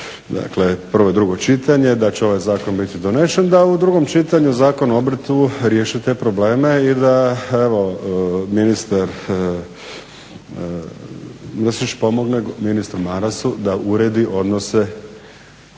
dakle prvo i drugo čitanje da će ovaj zakon biti donesen, da u drugom čitanju Zakon o obrtu riješi te probleme i da evo ministar Mrsić pomogne ministru Marasu da uredi odnose